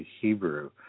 Hebrew